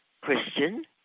Christian